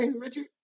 Richard